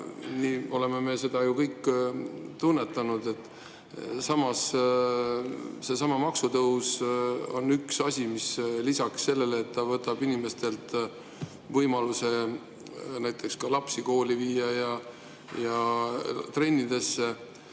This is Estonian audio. nii oleme me seda ju kõik tunnetanud. Samas, seesama maksutõus on üks asi, mis lisaks sellele, et ta võtab inimestelt võimaluse näiteks viia lapsi kooli ja trennidesse,